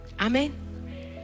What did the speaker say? Amen